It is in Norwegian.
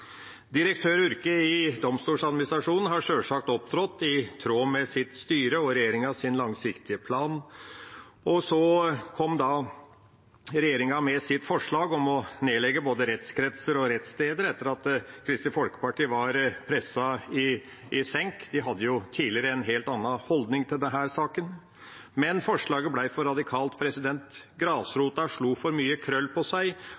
Direktør Urke i Domstoladministrasjonen har sjølsagt opptrådt i tråd med sitt styre og regjeringas langsiktige plan, og så kom da regjeringa med sitt forslag om å nedlegge både rettskretser og rettssteder etter at Kristelig Folkeparti var presset i senk. De hadde jo tidligere en helt annen holdning i denne saken. Men forslaget ble for radikalt. Grasrota slo for mye krøll på seg,